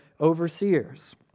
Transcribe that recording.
overseers